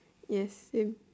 yes same